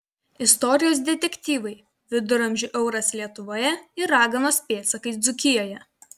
istorijos detektyvai viduramžių euras lietuvoje ir raganos pėdsakai dzūkijoje